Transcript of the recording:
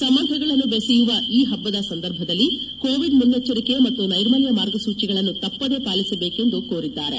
ಸಂಬಂಧಗಳನ್ನು ಬೆಸೆಯುವ ಈ ಹಬ್ಬದ ಸಂದರ್ಭದಲ್ಲಿ ಕೋವಿಡ್ ಮುನ್ನೆಚ್ಚರಿಕೆ ಮತ್ತು ನೈರ್ಮಲ್ಯ ಮಾರ್ಗಸೂಚಿಗಳನ್ನು ತಪ್ಪದೇ ಪಾಲಿಸಬೇಕು ಎಂದು ಕೋರಿದ್ದಾರೆ